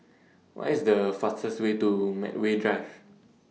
What IS The fastest Way to Medway Drive